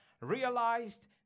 realized